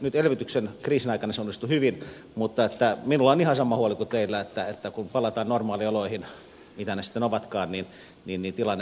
nyt elvytyksen kriisin aikana se onnistui hyvin mutta minulla on ihan sama huoli kuin teillä että kun palataan normaalioloihin mitä ne sitten ovatkaan niin tilanne hankaloituu